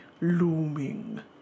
looming